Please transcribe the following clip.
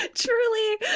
Truly